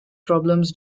problems